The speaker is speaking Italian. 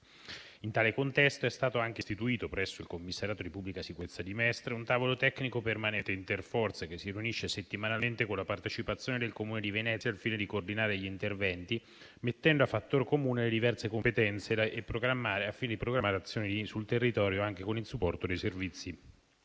In tale contesto, è stato anche istituito, presso il commissariato di pubblica sicurezza di Mestre, un tavolo tecnico permanente interforze che si riunisce settimanalmente con la partecipazione del Comune di Venezia al fine di coordinare gli interventi, mettendo a fattor comune le diverse competenze, e al fine di programmare azioni sul territorio anche con il supporto dei servizi